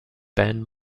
ben